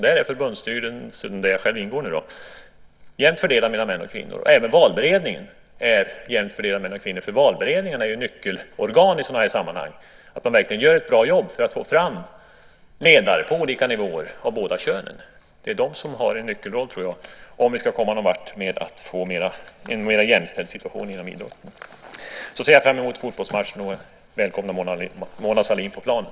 Där är det en jämn fördelning mellan män och kvinnor i förbundsstyrelsen, där jag själv ingår. Även i valberedningen är det en jämn fördelning mellan män och kvinnor. Valberedningen är ju ett nyckelorgan i sådana här sammanhang. Det gäller att den verkligen gör ett bra jobb för att få fram ledare av båda könen på olika nivåer. Jag tror att den har en nyckelroll om vi ska komma någonvart för att få en ännu mer jämställd situation inom idrotten. Sedan ser jag fram emot fotbollsmatchen och välkomnar Mona Sahlin på planen.